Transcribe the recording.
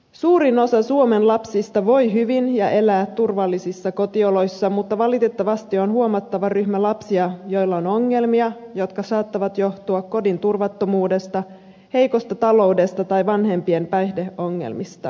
suurin osa suomen lapsista voi hyvin ja elää turvallisissa kotioloissa mutta valitettavasti on huomattava ryhmä lapsia jolla on ongelmia jotka saattavat johtua kodin turvattomuudesta heikosta taloudesta tai vanhempien päihdeongelmista